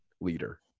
leader